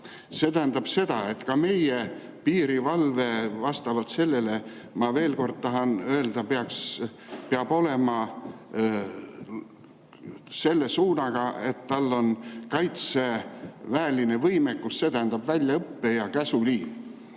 See tähendab seda, et ka meie piirivalve vastavalt sellele, ma veel kord tahan öelda, peab olema selle suunaga, et tal on kaitseväeline võimekus, see tähendab väljaõpet ja käsuliini.